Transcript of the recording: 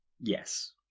Yes